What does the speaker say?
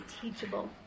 teachable